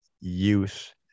youth